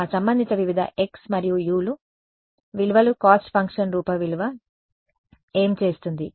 student గురించి ఆ x 1 x 2 ఇక్కడ నిజమైన x1 x2 3 7 మరియు ఆ సంబంధిత వివిధ x మరియు U లు విలువలు కాస్ట్ ఫంక్షన్ రూపం విలువ ఏమి చేస్తుంది